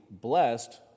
blessed